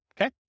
Okay